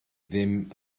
ddim